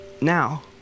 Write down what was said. now